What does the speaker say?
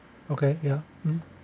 okay ya um